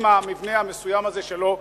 עם המבנה המסוים הזה שלו,